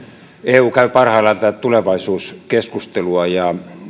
eu käy parhaillaan tulevaisuuskeskustelua ja